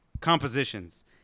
compositions